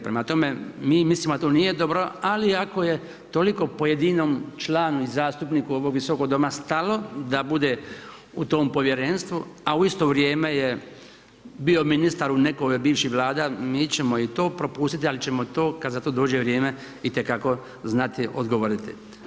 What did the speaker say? Prema tome, mi mislimo da to nije dobro ali ako je toliko pojedinom članu i zastupniku ovog Visokog doma stalo da bude u tom povjerenstvu a u isto vrijeme je bio ministar u nekoj od bivših Vlada, mi ćemo i to propustiti ali ćemo to kada za to dođe vrijeme itekako znati odgovoriti.